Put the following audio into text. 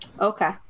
Okay